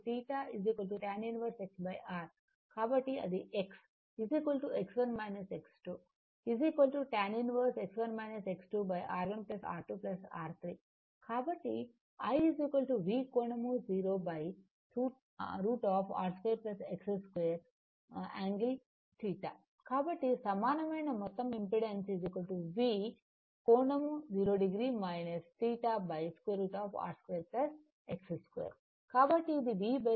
tan 1 X1 X2 R1 R2 R3 కాబట్టి I V కోణం 0 √ R2 X2 ∠ θ కాబట్టి సమానమైన మొత్తం ఇంపెడెన్స్ V ∠ 00 θ √ R2 X2